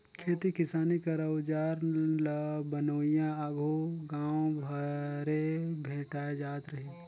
खेती किसानी कर अउजार ल बनोइया आघु गाँवे घरे भेटाए जात रहिन